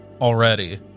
Already